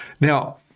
Now